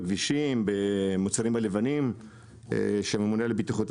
בכבישים במוצרים הלבנים שהממונה על התקינה עשה.